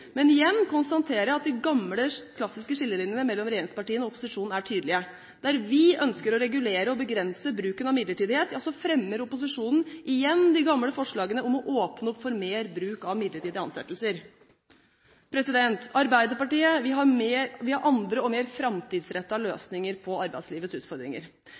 Men igjen konstaterer jeg at de gamle, klassiske skillelinjene mellom regjeringspartiene og opposisjonen er tydelige: Der vi ønsker å regulere og begrense bruken av midlertidighet, fremmer opposisjonen igjen de gamle forslagene om å åpne opp for mer bruk av midlertidige ansettelser. Arbeiderpartiet har andre og mer framtidsrettede løsninger på arbeidslivets utfordringer.